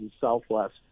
Southwest